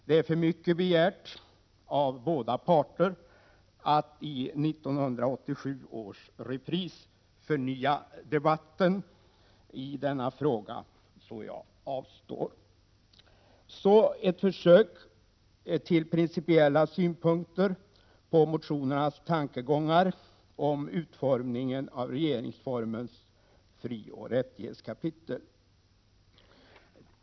Det är för mycket begärt av båda parter att de i 1987 års repris skulle förnya debatten i denna fråga, och jag avstår för min del. Så ett försök att anlägga principiella synpunkter på motionernas tankegångar om utformningen av regeringsformens frioch rättighetskapitel.